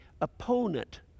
opponent